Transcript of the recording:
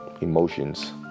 emotions